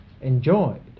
enjoyed